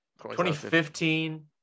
2015